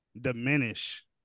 diminish